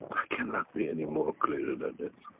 i cannot be any more clearer than this.